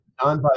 nonviolent